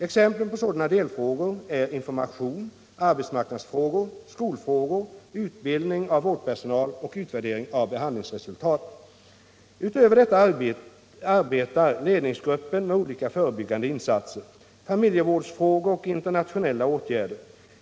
Exempel på sådana delfrågor är information, arbetsmarknadsfrågor, skolfrågor, utbildning av vårdpersonal och utvärdering av behandlingsresultat. Utöver detta arbetar ledningsgruppen med olika förebyggande insatser, familjevårdsfrågor och internationella åtgärder.